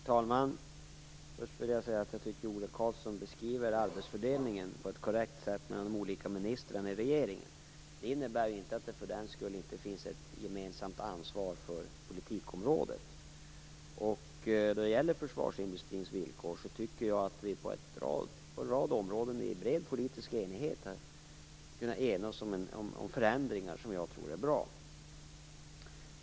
Herr talman! Ola Karlsson beskriver arbetsfördelningen mellan olika ministrar i regeringen på ett alldeles korrekt sätt. Den arbetsfördelningen innebär inte att det inte finns ett gemensamt ansvar för politikområdet. Då det gäller försvarsindustrins villkor har vi på en rad områden i bred politisk enighet kunnat ena oss om förändringar som jag tror är bra.